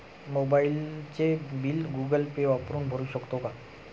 मोबाइलचे bill Google Pay वापरून भरू शकतो का?